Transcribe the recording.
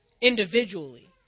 individually